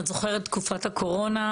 את זוכרת תקופת הקורונה,